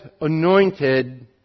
anointed